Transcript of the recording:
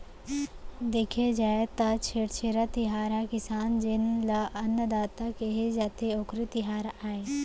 देखे जाए त छेरछेरा तिहार ह किसान जेन ल अन्नदाता केहे जाथे, ओखरे तिहार आय